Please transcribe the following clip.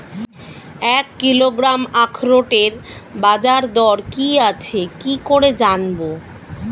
এক কিলোগ্রাম আখরোটের বাজারদর কি আছে কি করে জানবো?